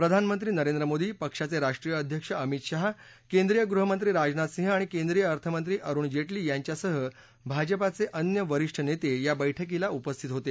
प्रधानमंत्री नरेंद्र मोदी पक्षाचे राष्ट्रीय अध्यक्ष अमित शाह केंद्रीय गृहमंत्री राजनाथ सिंह आणि केंद्रीय अर्थमंत्री अरुण जेटली यांच्यासह भाजपाचे अन्य वरिष्ठ नेते या बैठकीला उपस्थित होते